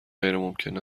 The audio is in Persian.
غیرممکن